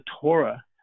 Torah